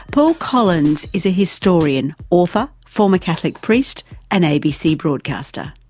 paul collins is a historian, author, former catholic priest and abc broadcaster.